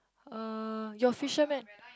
uh your fisherman